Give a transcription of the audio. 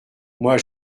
moi